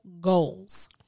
goals